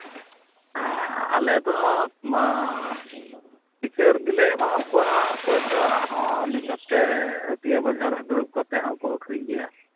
ᱟᱞᱮᱫᱚ ᱯᱟᱹᱭᱠᱟᱹᱨ ᱜᱮᱞᱮ ᱮᱢᱟ ᱠᱚᱣᱟ ᱚᱠᱚᱭᱫᱚ ᱱᱤᱡᱮᱛᱮ ᱦᱟᱹᱴᱤᱭᱟᱹ ᱵᱟᱡᱟᱨ ᱨᱮ ᱫᱩᱲᱩᱵ ᱠᱟᱛᱮᱫ ᱦᱚᱸᱠᱚ ᱟᱹᱠᱷᱨᱤᱧ ᱜᱮᱭᱟ